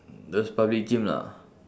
those public gym lah